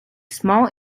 small